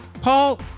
paul